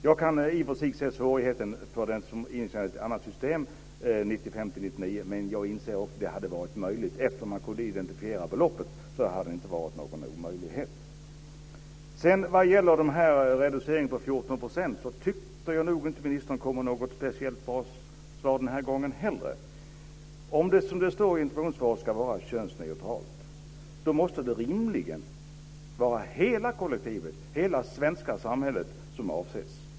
Jag kan i och för sig se svårigheten när det gäller det som är intjänat i ett annat system - 1995-1999 - men jag inser också att det hade varit möjligt att göra något. Eftersom man kunde identifiera beloppet hade det inte varit någon omöjlighet. Vad gäller reduceringen med 14 % tyckte jag inte att ministern kom med något speciellt bra svar denna gång heller. Om det, som det står i interpellationssvaret, ska vara könsneutralt måste det rimligen vara hela kollektivet - hela svenska samhället - som avses.